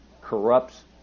corrupts